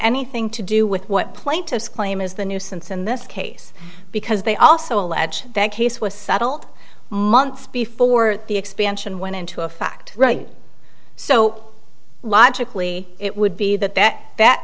anything to do with what plaintiffs claim is the nuisance in this case because they also allege that case was settled months before the expansion went into effect right so logically it would be that that that